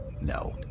No